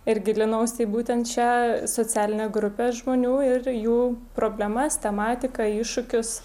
ir gilinausi į būtent šią socialinę grupę žmonių ir jų problemas tematiką iššūkius